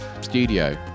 studio